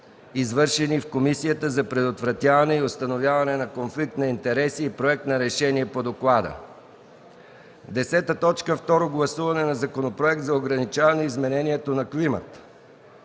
извършени в Комисията за предотвратяване и постановяване на конфликт на интереси и проект на решение по доклада. 10. Второ гласуване на Законопроект за ограничаване изменението на климата.